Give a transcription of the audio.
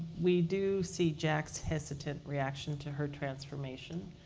we do see jack's hesitant reaction to her transformation.